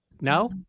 No